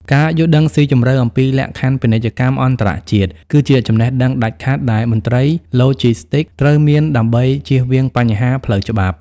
ការយល់ដឹងស៊ីជម្រៅអំពីលក្ខខណ្ឌពាណិជ្ជកម្មអន្តរជាតិ គឺជាចំណេះដឹងដាច់ខាតដែលមន្ត្រីឡូជីស្ទីកត្រូវមានដើម្បីជៀសវាងបញ្ហាផ្លូវច្បាប់។